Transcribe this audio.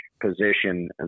position